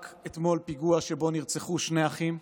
רק אתמול היה פיגוע שבו נרצחו שני אחים,